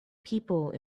people